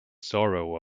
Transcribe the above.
sorrow